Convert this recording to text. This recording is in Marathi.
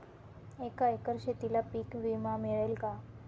एका एकर शेतीला पीक विमा मिळेल का?